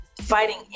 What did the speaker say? fighting